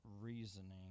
reasoning